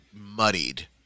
muddied